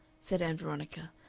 said ann veronica,